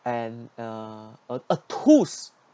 an a a a tools